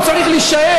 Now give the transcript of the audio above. הוא צריך להישאר.